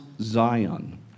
Zion